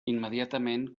immediatament